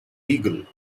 beagle